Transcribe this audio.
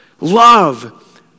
Love